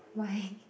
why